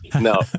No